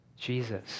Jesus